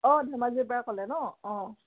অঁ ধেমাজিৰ পৰা ক'লে ন অঁ